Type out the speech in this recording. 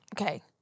Okay